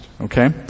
okay